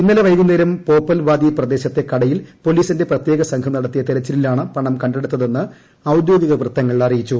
ഇന്നലെ വൈകുന്നേരം പോപ്പൽവാദി പ്രദേശത്തെ കടയിൽ പോലീസിന്റെ പ്രത്യേക സംഘം നടത്തിയ തെരച്ചിലിലാണ് പണം കണ്ടെടുത്തതെന്ന് ഔദ്യോഗിക വൃത്തങ്ങൾ അറിയിച്ചു